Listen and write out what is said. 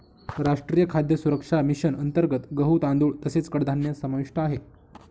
राष्ट्रीय खाद्य सुरक्षा मिशन अंतर्गत गहू, तांदूळ तसेच कडधान्य समाविष्ट आहे